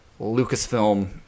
Lucasfilm